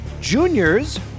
Juniors